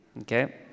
okay